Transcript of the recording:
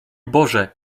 boże